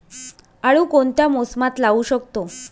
आळू कोणत्या मोसमात लावू शकतो?